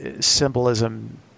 symbolism